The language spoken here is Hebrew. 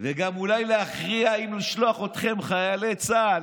וגם אולי להכריע אם לשלוח אתכם, חיילי צה"ל,